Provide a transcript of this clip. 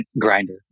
grinder